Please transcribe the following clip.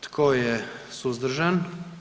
Tko je suzdržan?